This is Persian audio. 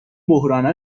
بحرانها